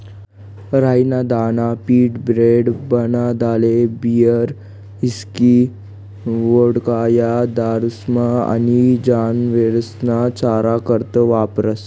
राई ना दाना पीठ, ब्रेड, बनाडाले बीयर, हिस्की, वोडका, या दारुस्मा आनी जनावरेस्ना चारा करता वापरास